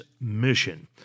mission—